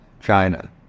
China